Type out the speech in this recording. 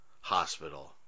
hospital